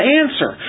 answer